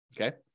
Okay